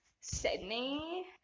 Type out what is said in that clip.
sydney